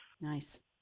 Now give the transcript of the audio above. Nice